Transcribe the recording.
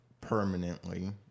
permanently